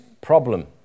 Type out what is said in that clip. problem